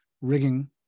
rigging